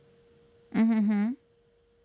mm hmm hmm